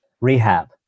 rehab